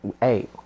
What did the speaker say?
hey